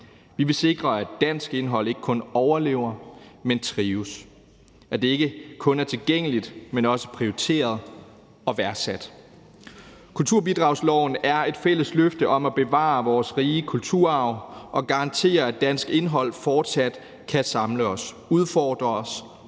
Vi vil sikre, at dansk indhold ikke kun overlever, men at det også trives, og at det ikke kun er tilgængeligt, men at det også er prioriteret og værdsat. Kulturbidragsloven er et fælles løfte om at bevare vores rige kulturarv og garantere, at dansk indhold fortsat kan samle os, udfordre os